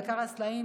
דקר הסלעים,